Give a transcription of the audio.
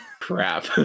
crap